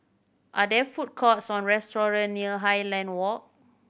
are there food courts or restaurant near Highland Walk